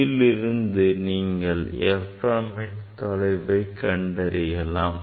இதிலிருந்து நீங்கள் f mன் தொலைவை கண்டறியலாம்